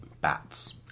bats